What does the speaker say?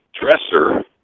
dresser